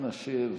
אנא, שב.